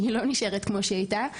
היא לא נשארת כמו שהיא הייתה.